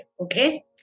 Okay